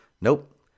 Nope